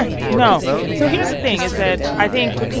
ah so no? no. so here's the thing is that i think,